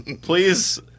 Please